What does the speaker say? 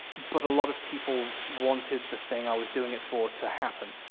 but a lot of people wanted the thing i was doing it for to happen,